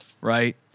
right